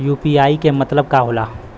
UPI के मतलब का होला?